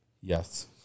Yes